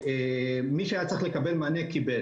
מי שהיה צריך לקבל מענה, קיבל.